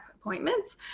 appointments